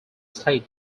state